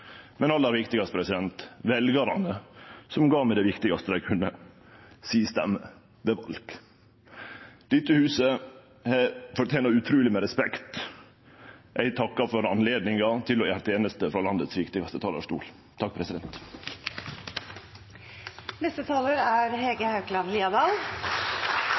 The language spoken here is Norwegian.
men aller viktigast, veljarane som gav meg det viktigaste dei kunne – si stemme ved val. Dette huset fortener utruleg med respekt. Eg takkar for anledninga til å gjere teneste frå den viktigaste